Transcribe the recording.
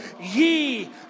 ye